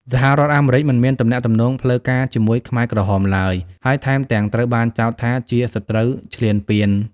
សហរដ្ឋអាមេរិកមិនមានទំនាក់ទំនងផ្លូវការជាមួយខ្មែរក្រហមឡើយ ហើយថែមទាំងត្រូវបានចោទថាជាសត្រូវឈ្លានពាន។